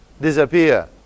disappear